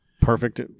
perfect